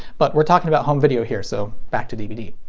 but we're talking about home video here, so back to dvd.